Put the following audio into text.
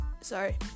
sorry